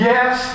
Yes